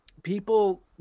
People